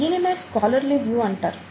దీనినే scholarly view అంటారు